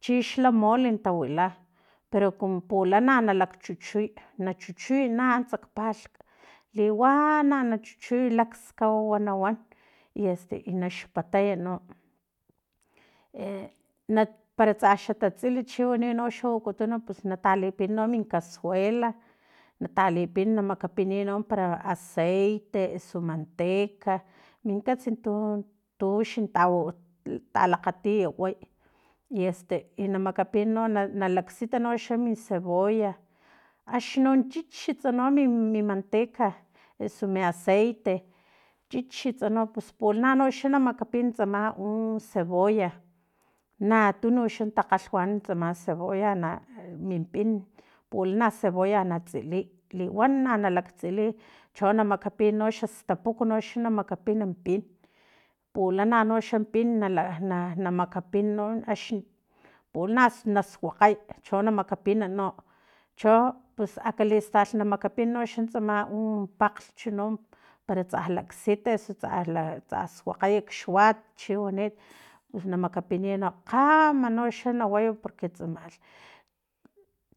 Chixla mole tawila pero kumu pulana na chuchut na chuchuy na antsa palhk liwana na chuchuy lakskawawa nawan y este i naxpatay no e na para tsa xa tatsil chiwani no xa wakutun pus natalipin no min casuela na talipin na makapiniy no para aceite eso manteca min kats tu tuxa talakgatiy way i este i na makapiniy no na laksita no mi cebolla axnino chichits no mi manteca eso mi aceite chichitsi no pus pulano no na makapin tsama u cebolla na tunu xa takgalhwanan tsama cebolla na minpin pulana cebolla na tsiliy liwana na laktsiliy cho na makapin xa stapuk na xa na mkapin min pin pulana no xampin na na makapin no axni pulana na suakgay cho na makapina no cho pus akalistal na makapin noxa utsama min pakglhch para tsa laksita tsa tsa suakgay xuat chi wani i na makapin kgama noxa na way porque tsamalh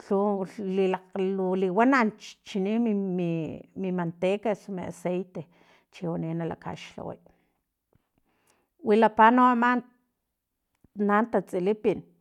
lhu li lu liwana chichini mi mi manteca osu mi aceite chi wani nakaxlhaway wilapa no ama na tastilipin